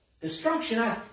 destruction